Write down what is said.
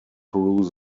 through